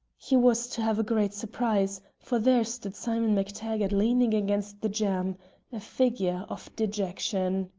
he was to have a great surprise, for there stood simon mac-taggart leaning against the jamb a figure of dejection!